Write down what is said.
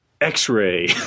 X-ray